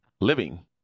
living